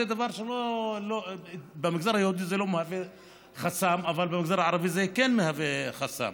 זה דבר שבמגזר היהודי זה לא מהווה חסם אבל במגזר הערבי זה כן מהווה חסם.